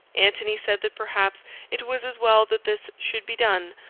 antony said that perhaps it was as well that this should be done,